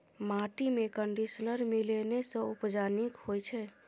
माटिमे कंडीशनर मिलेने सँ उपजा नीक होए छै